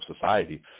society